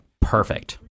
Perfect